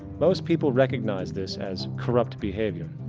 most people recognize this as corrupt behavior.